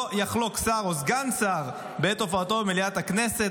לא יחלוק שר או סגן שר בעת הופעתו במליאת הכנסת